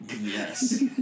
Yes